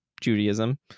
Judaism